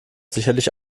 sicherlich